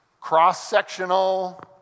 cross-sectional